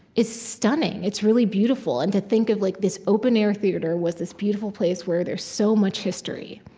it's stunning. it's really beautiful and to think of like this open-air theater was this beautiful place where there's so much history